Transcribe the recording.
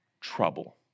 trouble